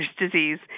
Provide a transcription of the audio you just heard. disease